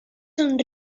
són